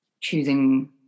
choosing